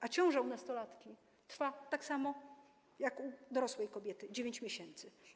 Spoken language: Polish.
A ciąża u nastolatki trwa tyle samo, co u dorosłej kobiety, 9 miesięcy.